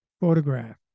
photograph